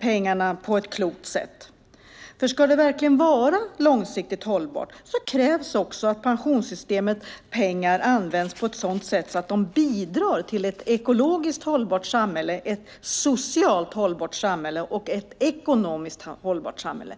pengarna på ett klokt sätt. Ska det verkligen vara långsiktigt hållbart krävs det också att pensionssystemets pengar används på ett sådant sätt att de bidrar till ett ekologiskt hållbart samhälle, ett socialt hållbart samhälle och ett ekonomiskt hållbart samhälle.